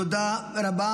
תודה רבה.